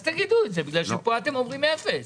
אז תגידו את זה בגלל שפה אתם אומרים אפס.